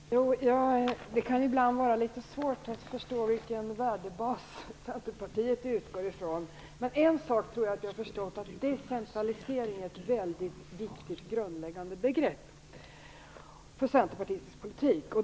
Herr talman! Det kan ibland vara litet svårt att förstå vilken värdebas Centerpartiet utgår ifrån. En sak tror jag ändå att jag har förstått, nämligen att decentralisering är ett väldigt viktigt grundläggande begrepp för Centerpartiets politik.